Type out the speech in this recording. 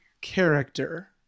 character